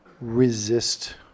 resist